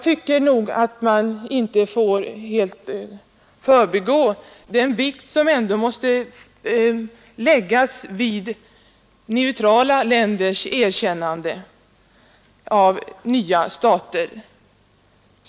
Men man får inte förbise den vikt som ändå måste läggas vid neutrala länders erkännande av nya stater.